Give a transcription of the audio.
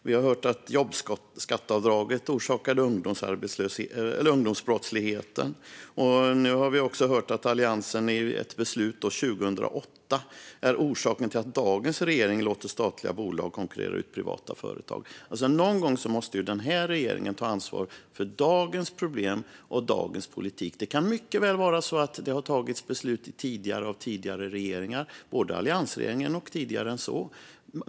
Vi har hört att jobbskatteavdraget orsakade ungdomsbrottsligheten. Nu har vi också hört att Alliansens beslut 2008 är orsaken till att dagens regering låter statliga bolag konkurrera ut privata företag. Någon gång måste ju den här regeringen ta ansvar för dagens problem och dagens politik. Det kan mycket väl vara så att det har fattats beslut tidigare av tidigare regeringar, både alliansregeringen och tidigare än så.